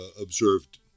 observed